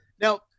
now